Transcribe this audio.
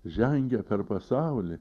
žengia per pasaulį